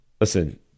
listen